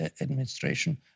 administration